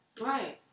Right